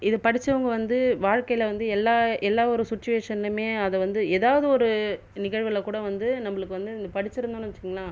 இது படிச்சவங்கள் வந்து வாழ்க்கையில் வந்து எல்லா எல்லா ஒரு சுச்சுவேஷன்லேயுமே அதை வந்து ஏதாவது ஒரு நிகழ்வில் கூட வந்து நம்மளுக்கு வந்து படிச்சிருந்தோம் வச்சிக்கோங்களேன்